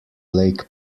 lake